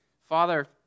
Father